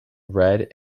read